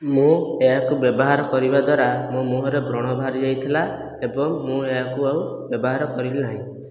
ମୁଁ ଏହାକୁ ବ୍ୟବହାର କରିବା ଦ୍ଵାରା ମୋ ମୁହଁରେ ବ୍ରଣ ବାହାରି ଯାଇଥିଲା ଏବଂ ମୁଁ ଏହାକୁ ଆଉ ବ୍ୟବହାର କରିଲି ନାହିଁ